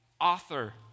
author